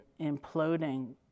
imploding